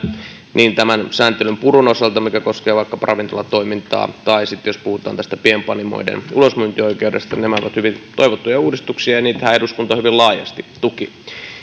tämä sääntelyn purku mikä koskee vaikkapa ravintolatoimintaa tai sitten jos puhutaan tästä pienpanimoiden ulosmyyntioikeudesta nämä ovat hyvin toivottuja uudistuksia ja niitähän eduskunta hyvin laajasti tuki